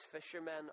fishermen